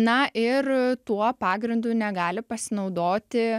na ir tuo pagrindu negali pasinaudoti